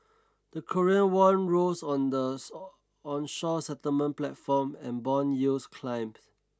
the Korean won rose on the onshore settlement platform and bond yields climbed